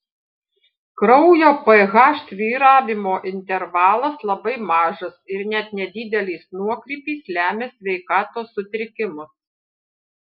kraujo ph svyravimo intervalas labai mažas ir net nedidelis nuokrypis lemia sveikatos sutrikimus